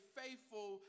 faithful